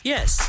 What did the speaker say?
Yes